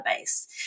database